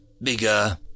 bigger